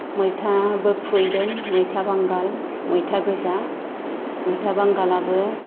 मैथाबो खुयैदों मैथा बांगाल मैथा गोजा मैथा बांगालाबो